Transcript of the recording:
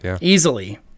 easily